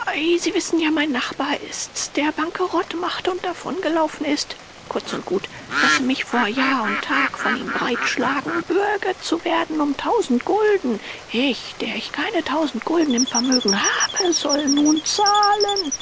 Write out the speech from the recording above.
sie wissen ja mein nachbar ist's der bankerott machte und davon gegangen ist kurz und gut lasse mich vor jahr und tag von ihm breit schlagen bürge zu werden um tausend gulden ich der ich keine tausend gulden im vermögen habe soll nun zahlen